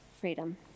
freedom